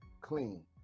clean